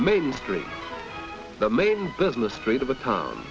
main street the main business street of a calm